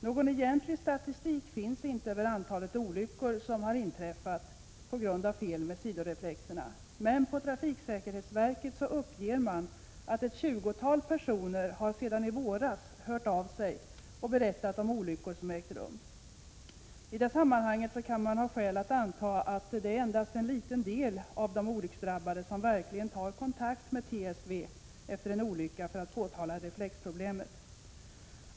Någon egentlig statistik finns inte över antalet olyckor som har inträffat på grund av fel med sidoreflexerna, men trafiksäkerhetsverket uppger att ett tjugotal personer sedan i våras hört av sig och berättat om olyckor av detta slag som ägt rum. I det sammanhanget kan man ha skäl att anta att endast en liten del av de olycksdrabbade verkligen tar kontakt med TSV efter en olycka för att påtala reflexproblemen.